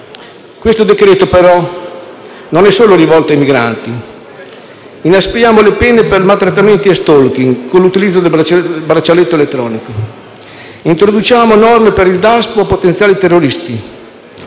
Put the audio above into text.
Questo decreto-legge, però, non è solo rivolto ai migranti: inaspriamo le pene per maltrattamenti e *stalking* con l'utilizzo del braccialetto elettronico, introduciamo norme per il Daspo a potenziali terroristi,